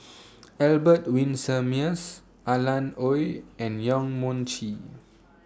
Albert Winsemius Alan Oei and Yong Mun Chee